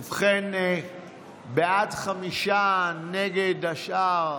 ובכן, בעד, חמישה, נגד, השאר.